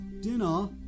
Dinner